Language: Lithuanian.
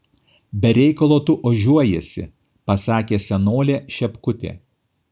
be reikalo tu ožiuojiesi pasakė senolė šepkutė